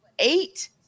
Eight